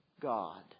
God